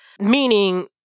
meaning